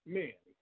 men